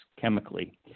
chemically